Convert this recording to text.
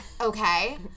okay